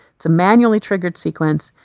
it's a manually triggered sequence,